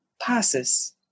passes